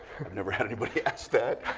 never had anybody ask that.